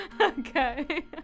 Okay